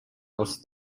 else